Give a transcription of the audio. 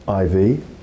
IV